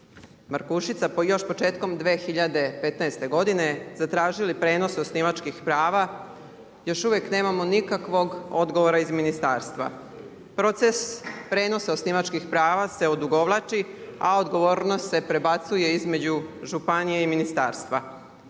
Markušica još početkom 2015. godine zatražili prijenos osnivačkih prava još uvek nemamo nikakvog odgovora iz ministarstva. Proces prenosa osnivačkih prava se odugovlači a odgovornost se prebacuje između županije i ministarstva.